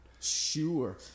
sure